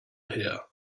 here